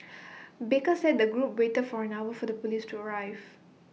baker said the group waited for an hour for the Police to arrive